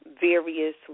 various